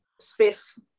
space